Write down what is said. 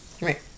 Right